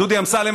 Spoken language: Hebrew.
דודי אמסלם,